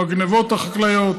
או הגנבות החקלאיות,